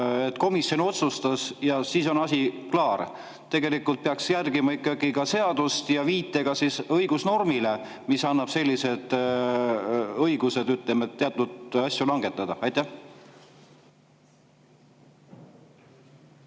komisjon otsustas, ja siis on asi klaar. Tegelikult peaks ikkagi järgima seadust ja viitama õigusnormile, mis annab sellised õigused, ütleme, teatud [otsuseid] langetada. Aitäh